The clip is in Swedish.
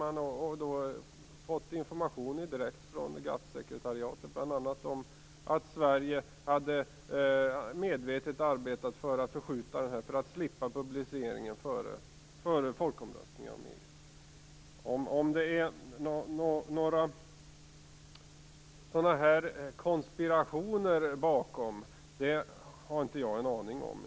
Man hade fått information direkt från GATT-sekretariatet om att Sverige medvetet hade arbetat för att slippa publiceringen före folkomröstningen om EU. Om det ligger några konspirationer bakom har jag inte en aning om.